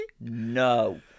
no